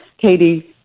Katie